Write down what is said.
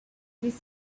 this